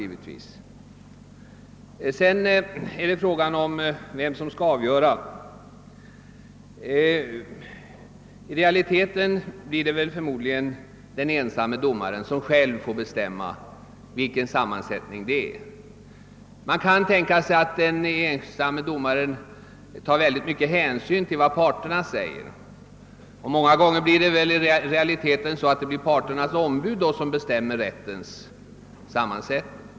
Sedan har det varit fråga om vem som skall avgöra sammansättningen. I realiteten blir det förmodligen den enskilde domaren som själv bestämmer den saken. Man kan tänka sig att den ensamme domaren därvid tar stor hänsyn till vad parterna säger; många gånger blir det parternas ombud som bestämmer rättens sammansättning.